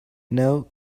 now